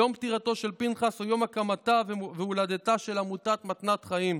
יום פטירתו של פנחס הוא יום הקמתה והולדתה של עמותת מתנת חיים.